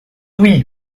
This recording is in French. oui